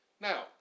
Now